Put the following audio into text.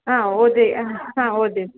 ಹಾಂ ಓದಿ ಹಾಂ ಓದಿದೀನಿ